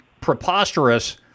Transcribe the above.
preposterous